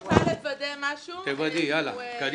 אני רק רוצה לוודא משהו אקוטי